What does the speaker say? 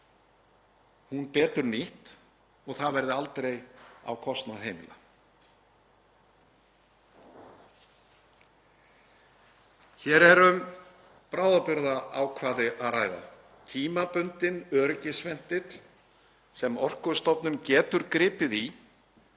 hún betur nýtt, og það verði aldrei á kostnað heimila. Hér er um bráðabirgðaákvæði að ræða, tímabundinn öryggisventil sem Orkustofnun getur gripið í